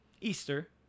easter